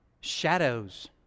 shadows